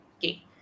Okay